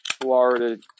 Florida